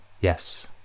Yes